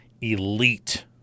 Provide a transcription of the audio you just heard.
elite